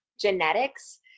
genetics